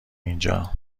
اینجا